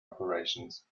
operations